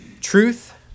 truth